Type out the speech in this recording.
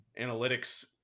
analytics